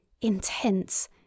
intense